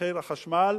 מחיר החשמל